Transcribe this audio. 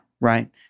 right